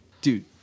dude